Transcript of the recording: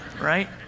Right